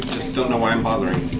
don't know why i'm bothering.